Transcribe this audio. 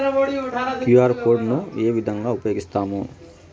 QR code ను ఏ విధంగా ఉపయగిస్తాము?